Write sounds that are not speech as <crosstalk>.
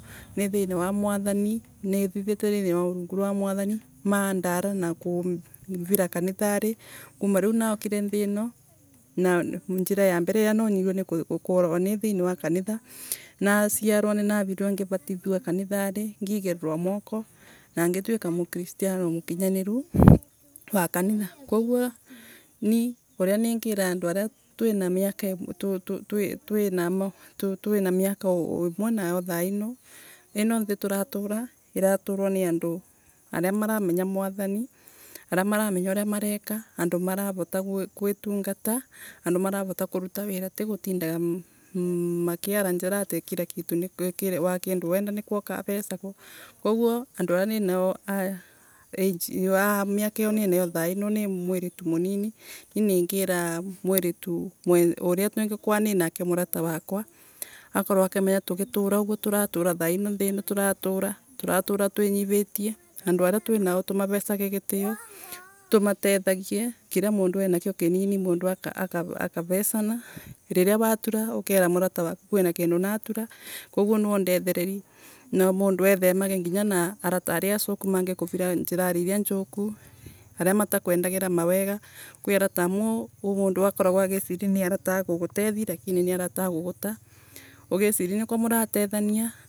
Nithiini wa Mwathani, nithithite thiini rwa rungu rwa Mwathani mardara na kumvira kanithari. Kuuma riu naukire nthii ino, na njira irio irio nonirue rii gukoragwa ni thiini wa kanitha. Naciara ninathiere ngivatithua kanithari ngigirirwa moko na gitwika mukiristiano mukinya niru wa karitha koguo uria ni ngira andu aria turia miaka undu umwe nao thairo rii irio nthii turatuura, turatuura na andu aria maramenya. Mwathani aria maramenya uria mareka ariamaravuta gwitungata andu maravota. Kuruta wira ti gutindaga makiara njara atii wa kindu nonthe ni kwa ukavecagwa koguo andu aria ninao a age <hesitation> a miaka iyo ninayo ni mwiritu munini ni ningira mwiritu uria ningikorwa ni nake murata wakwa akorwe akimenya tugitura uguo turatura thaino nthii ino turatura, turatura twi nyivitie. Andu aria twina tumavesage gitio tumatethaigie, ikiria mundu enakio kinini mundu akavesana, riria watura ukera murata waku kogwo naundethereri, na mundu ethemage na arata aria acuku aria mangikuvira njirari njuku aria matakwendagira mawega. Kwi arata omwe mundu eciragi makoragwa me arata a gugutethi no ni arata makuguta. Ugiciria ni kwa muratethania